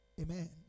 Amen